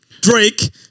Drake